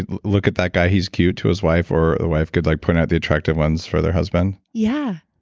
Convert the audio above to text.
and look at that guy, he's cute, to his wife or a wife could like point out the attractive ones for their husband? yeah.